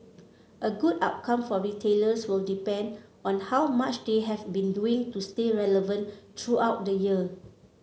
a good outcome for retailers will depend on how much they have been doing to stay relevant throughout the year